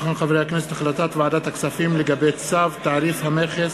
החלטת ועדת הכספים לגבי צו תעריף המכס